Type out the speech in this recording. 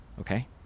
okay